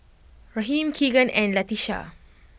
Raheem Keegan and Latisha